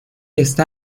está